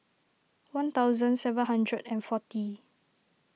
one thousand seven hundred and forty